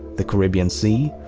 the caribbean sea?